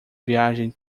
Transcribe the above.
viagem